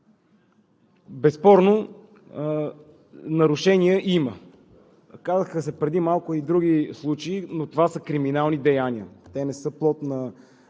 Безспорно нарушения има. Казаха се преди малко и други случаи, но това са криминални деяния. Те не са плод на